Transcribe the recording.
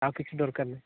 ଆଉ କିଛି ଦରକାର ନାହିଁ